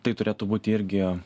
tai turėtų būti irgi